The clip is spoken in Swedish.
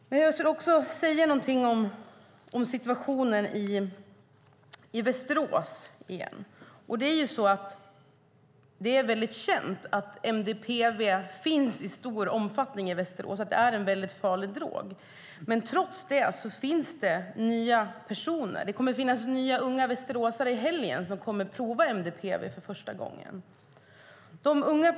Jag ska åter säga något om situationen i Västerås. Det är känt att MDPV finns i stor omfattning i Västerås och att det är en farlig drog. Trots det kommer flera unga västeråsare att pröva MDPV för första gången i helgen.